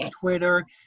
Twitter